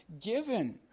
given